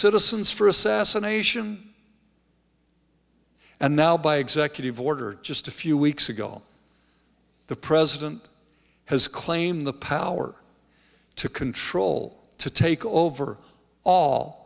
citizens for assassination and now by executive order just a few weeks ago the president has claimed the power to control to take over all